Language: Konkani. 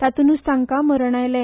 तातुतुच तांका मरण आयले